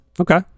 Okay